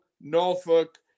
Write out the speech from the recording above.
norfolk